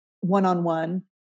one-on-one